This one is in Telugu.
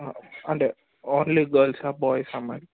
అంటే ఓన్లీ గార్ల్సా బాయ్సా